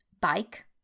bike